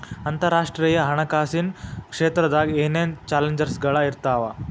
ಅಂತರರಾಷ್ಟ್ರೇಯ ಹಣಕಾಸಿನ್ ಕ್ಷೇತ್ರದಾಗ ಏನೇನ್ ಚಾಲೆಂಜಸ್ಗಳ ಇರ್ತಾವ